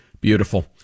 Beautiful